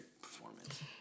performance